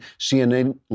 CNN